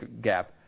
gap